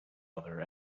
other